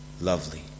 lovely